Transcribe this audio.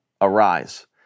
arise